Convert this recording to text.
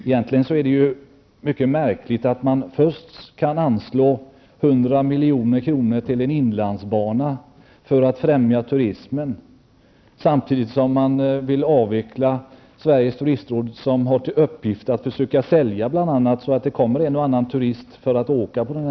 Egentligen är det märkligt att först anslå 100 milj.kr. till en inlandsbana för att främja turism, samtidigt som Sveriges turistråd avvecklas -- som har till uppgift att försöka sälja inlandsbanan så att en och annan turist kommer för att åka på den.